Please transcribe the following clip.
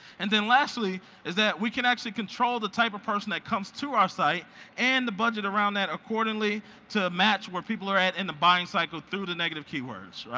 and then lastly is that we can actually control the type of person that comes to our site and the budget around that accordingly to match where people are at in the buying cycle through the negative keywords.